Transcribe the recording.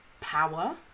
power